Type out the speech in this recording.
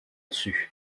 dessus